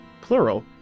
plural